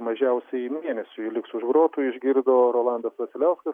mažiausiai mėnesiui liks už grotų išgirdo rolandas vasiliauskas